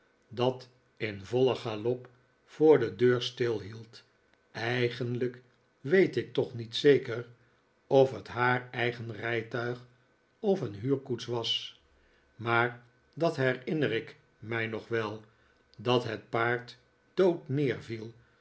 dat in vollen galop voor de deur stilhield eigenlijk weet ik toch niet zeker of het haar eigen rijtuig of een huurkoets was maar dat herinner ik mij nog wel dat het paard